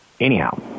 Anyhow